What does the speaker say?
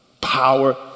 Power